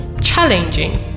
Challenging